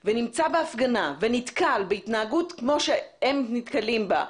והוא נמצא בהפגנה ונתקל בהתנהגות כמו שהם נתקלים בה,